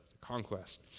conquest